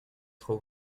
trop